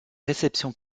réception